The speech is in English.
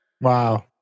Wow